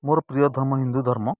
ମୋର ପ୍ରିୟ ଧର୍ମ ହିନ୍ଦୁ ଧର୍ମ